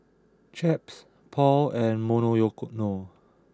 Chaps Paul and Monoyono